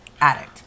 addict